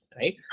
right